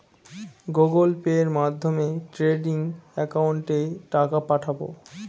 Google পের মাধ্যমে trading একাউন্টে টাকা পাঠাবো?